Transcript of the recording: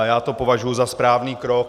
Já to považuji za správný krok.